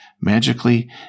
magically